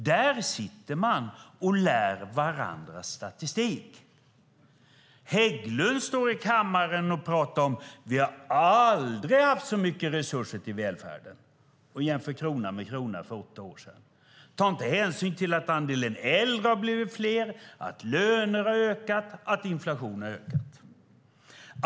Där sitter man och lär varandra statistik. Hägglund står i kammaren och säger: "Vi har aldrig haft så mycket resurser till välfärden" och jämför krona med krona för åtta år sedan. Han tar inte hänsyn till att andelen äldre har blivit högre, att lönerna har ökat och att inflationen har ökat.